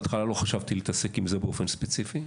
בהתחלה לא חשבתי להתעסק בזה באופן ספציפי,